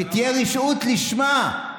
שתהיה רשעות לשמה.